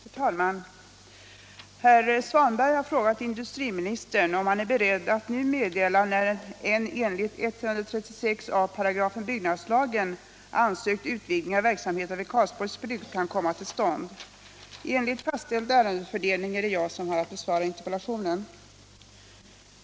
Herr talman! Herr Svanberg har frågat industriministern om han är beredd att nu meddela när en enligt 136 a § byggnadslagen ansökt utvidgning av verksamheten vid Karlsborgs Bruk kan komma till stånd. Enligt fastställd ärendefördelning är det jag som har att besvara interpellationen.